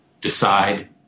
decide